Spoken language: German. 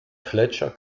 fletcher